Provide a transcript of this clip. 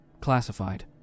classified